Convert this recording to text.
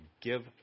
give